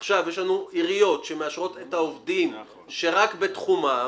יש לנו עיריות שמאשרות את העובדים שרק בתחומן,